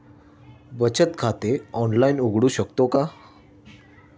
बचत खाते ऑनलाइन उघडू शकतो का?